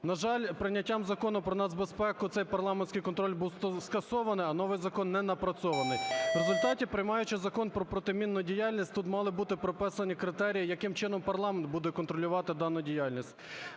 На жаль, прийняттям Закону про нацбезпеку цей парламентський контроль був скасований, а новий закон не напрацьований. В результаті, приймаючи Закон "Про протимінну діяльність", тут мали б бути прописані критерії, яким чином парламент буде контролювати дану діяльність.